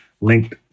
linked